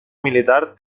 militar